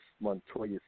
Montoya